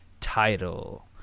title